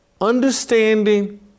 understanding